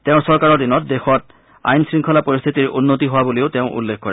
তেওঁৰ চৰকাৰৰ দিনত দেশৰ আইন শৃংখলা পৰিস্থিতিৰ উন্নতি হোৱা বুলিও তেওঁ উল্লেখ কৰে